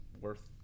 worth